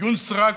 דיון סרק,